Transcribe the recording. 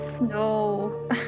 No